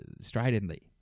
stridently